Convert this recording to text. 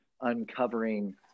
uncovering